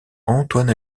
antoine